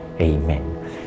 Amen